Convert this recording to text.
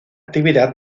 actividad